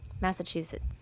Massachusetts